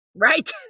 Right